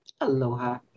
Aloha